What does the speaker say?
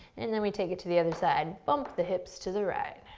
and then we take it to the other side. bump the hips to the right.